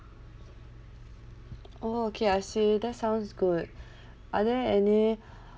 oh okay I see that sounds good are there any